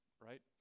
right